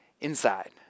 Inside